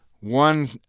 one